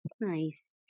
Nice